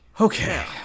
Okay